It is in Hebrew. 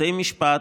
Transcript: בתי משפט,